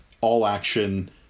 all-action